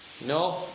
No